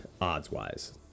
odds-wise